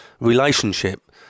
relationship